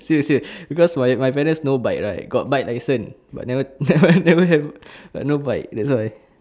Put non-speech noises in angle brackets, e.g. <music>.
serious serious because my my parents no bike right got bike license but never <noise> never never have but no bike that's why